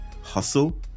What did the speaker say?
hustle